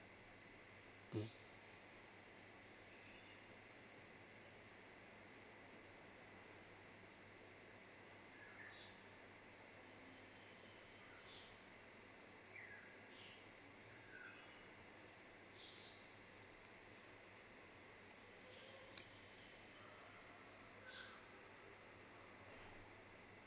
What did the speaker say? mm